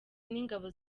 n’ingabo